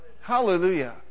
hallelujah